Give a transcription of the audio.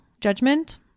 Judgment